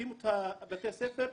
כשהקימו את בתי הספר,